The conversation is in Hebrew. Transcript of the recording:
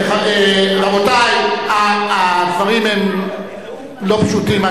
רבותי, הדברים הם לא פשוטים.